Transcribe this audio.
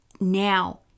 Now